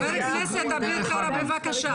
חבר הכנסת אביר קארה, בבקשה.